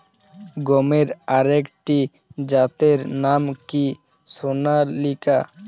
গমের আরেকটি জাতের নাম কি সোনালিকা?